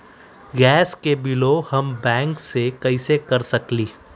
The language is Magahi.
गैस के बिलों हम बैंक से कैसे कर सकली?